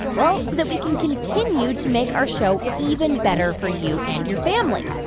well, so that we can continue to make our show even better for you and your family.